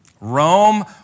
Rome